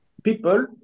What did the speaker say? People